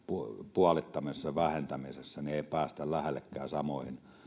puolittamisessa ja vähentämisessä ei päästä lähellekään samoihin